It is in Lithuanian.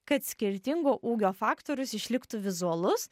kad skirtingo ūgio faktorius išliktų vizualus